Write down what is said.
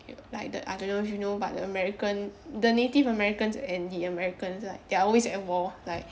like I don't know if you know but the american the native americans and the americans like they are always at war like